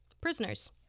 Prisoners